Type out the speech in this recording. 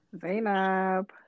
Zainab